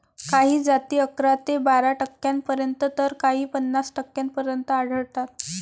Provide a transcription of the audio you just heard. काही जाती अकरा ते बारा टक्क्यांपर्यंत तर काही पन्नास टक्क्यांपर्यंत आढळतात